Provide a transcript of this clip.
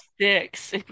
six